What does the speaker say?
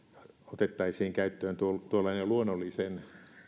otettaisiin käyttöön tuollainen luonnollisen